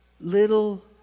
little